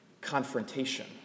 confrontation